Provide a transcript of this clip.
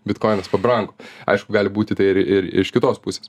bitkoinas pabrango aišku gali būti tai ir ir iš kitos pusės